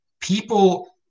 People